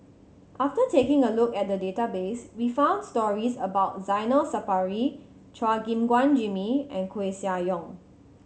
after taking a look at the database we found stories about Zainal Sapari Chua Gim Guan Jimmy and Koeh Sia Yong